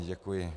Děkuji.